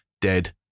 Dead